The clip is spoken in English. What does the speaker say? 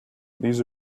these